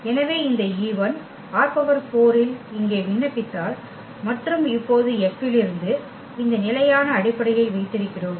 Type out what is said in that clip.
எனவே இந்த e1 ℝ4 இல் இங்கே விண்ணப்பித்தால் மற்றும் இப்போது F இலிருந்து இந்த நிலையான அடிப்படையை வைத்திருக்கிறோம்